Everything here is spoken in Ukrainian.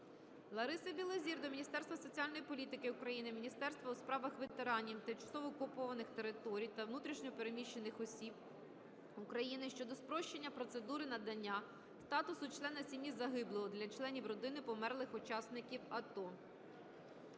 Лариси Білозір до Міністерства соціальної політики України, Міністерства у справах ветеранів, тимчасово окупованих територій та внутрішньо переміщених осіб України щодо спрощення процедури надання статусу члена сім'ї загиблого для членів родин померлих учасників АТО.